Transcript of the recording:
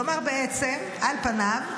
כלומר, על פניו,